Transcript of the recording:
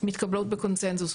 מתקבלות בקונצנזוס.